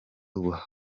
ubukana